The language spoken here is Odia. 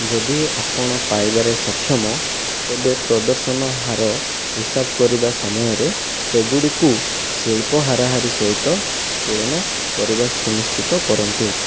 ଯଦି ଆପଣ ପାଇବାରେ ସକ୍ଷମ ତେବେ ପ୍ରଦର୍ଶନ ହାର ହିସାବ କରିବା ସମୟରେ ସେଗୁଡ଼ିକୁ ଶିଳ୍ପ ହାରାହାରି ସହିତ ତୁଳନା କରିବା ସୁନିଶ୍ଚିତ କରନ୍ତୁ